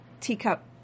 teacup